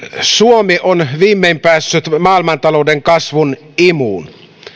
suomi on viimein päässyt maailmantalouden kasvun imuun